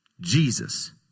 Jesus